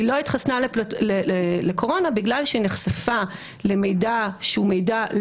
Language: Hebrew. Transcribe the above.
היא לא התחסנה לקורונה בגלל שהיא נחשפה למידע שהוא לא